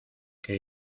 que